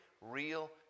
real